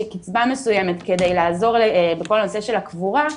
שהיא קצבה מסוימת כדי לעזור בכל הנושא של הקבורה,